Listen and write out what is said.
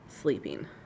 sleeping